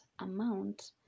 amount